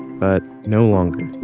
but, no longer.